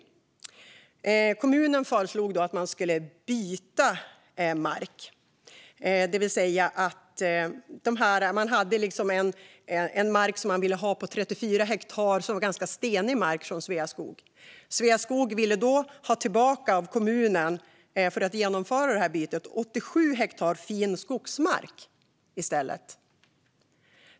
Kommunen föreslog att man skulle byta mark. Det var alltså 34 hektar ganska stenig mark som kommunen ville ha från Sveaskog, men för att genomföra bytet ville Sveaskog ha tillbaka 87 hektar fin skogsmark.